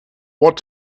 what